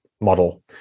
model